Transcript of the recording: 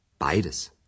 Beides